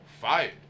fired